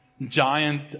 giant